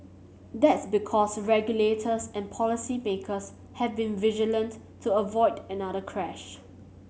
that's because regulators and policy makers have been vigilant to avoid another crash